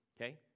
okay